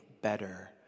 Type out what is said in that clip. better